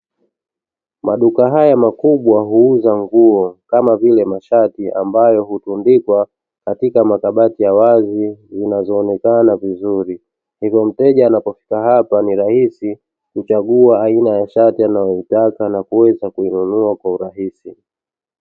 Maduka haya makubwa huuza nguo kama vile mashati ambayo hutundikwa katika makabati ya wazi zinazoonekana vizuri, hivyo mteja anapofika hapa ni rahisi kuchagua aina ya shati anayoitaka na kuweza kuinunua kwa urahisi.